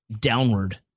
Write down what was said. downward